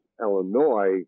Illinois